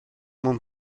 mewn